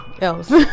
else